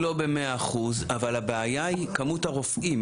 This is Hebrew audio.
הם עדיין לא ב-100%, אבל הבעיה היא כמות הרופאים.